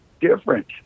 different